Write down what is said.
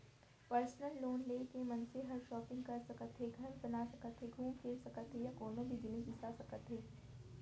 personal loan ले के मनसे हर सॉपिंग कर सकत हे, घर बना सकत हे घूम फिर सकत हे या कोनों भी जिनिस बिसा सकत हे